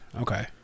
Okay